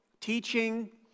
teaching